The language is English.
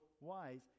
wise